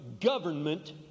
government